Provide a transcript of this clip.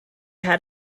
had